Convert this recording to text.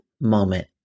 moment